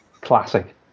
Classic